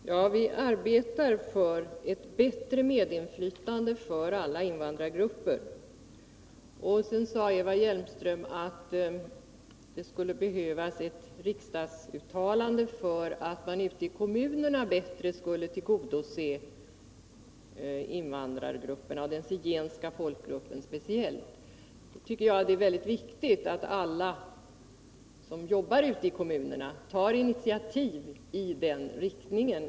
Herr talman! Vi arbetar för bättre medinflytande för alla invandrargrupper. Eva Hjelmström sade att det skulle behövas ett riksdagsuttalande för att man ute i kommunerna bättre skulle tillgodose invandrargrupperna och speciellt den zigenska folkgruppen. Jag tycker det är mycket viktigt att alla som jobbar ute i kommunerna tar initiativ i den riktningen.